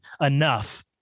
enough